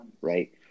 Right